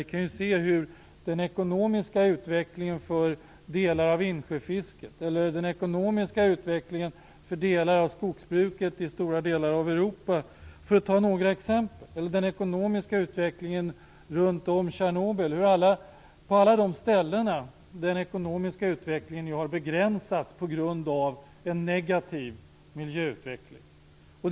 Vi kan se hur den ekonomiska utvecklingen för delar av insjöfisket eller hur den ekonomiska utvecklingen för delar av skogsbruket i stora delar av Europa, för att ta några exempel - det kan också gälla den ekonomiska utvecklingen kring Tjernobyl - har begränsats på grund av en negativ miljöutveckling.